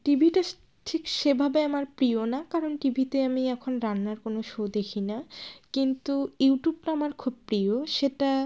টি ভিতে ঠিক সেভাবে আমার প্রিয় না কারণ টি ভিতে আমি এখন রান্নার কোনো শো দেখি না কিন্তু ইউটুবটা আমার খুব প্রিয় সেটা